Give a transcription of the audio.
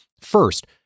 First